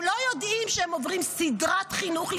הם לא יודעים שהם עוברים סדרת חינוך,